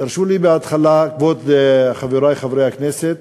תרשו לי, בהתחלה, כבוד חברי חברי הכנסת,